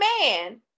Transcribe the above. man